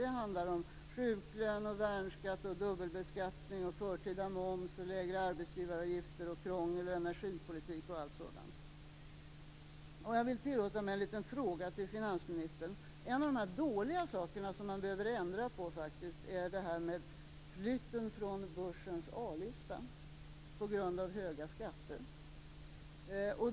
Det handlar om sjuklön, värnskatt, dubbelbeskattning, förtida moms, arbetsgivaravgifter, krångel, energipolitik och allt sådant. Jag vill tillåta mig en liten fråga till finansministern. En av de dåliga saker som man faktiskt behöver ändra på, gäller det här med flykten från börsens A lista på grund av höga skatter.